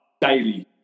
daily